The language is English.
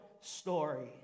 story